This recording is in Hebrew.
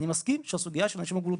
אני מסכים שהסוגיה של אנשים עם מוגבלות